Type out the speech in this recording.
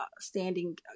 standing